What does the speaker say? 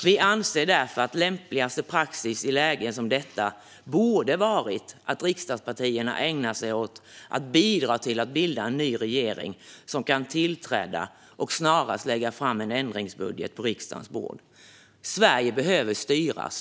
Vi anser därför att lämpligaste praxis i lägen som detta borde vara att riksdagspartierna ägnar sig åt att bidra till att bilda en ny regering som kan tillträda och snarast lägga fram en ändringsbudget på riksdagens bord. Sverige behöver styras.